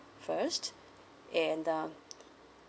first and uh